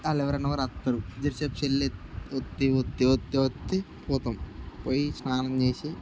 వాళ్ళెవరైనా ఒకరు వస్తారు జరసేప్ప్ చెల్లెత్ ఒత్తి ఒత్తి ఒత్తి ఒత్తి పోతాం పోయి స్నానం చేసి